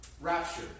rapture